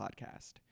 podcast